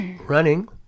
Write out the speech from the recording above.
running